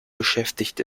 beschäftigt